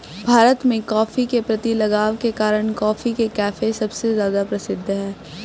भारत में, कॉफ़ी के प्रति लगाव के कारण, कॉफी के कैफ़े सबसे ज्यादा प्रसिद्ध है